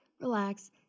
relax